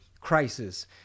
crisis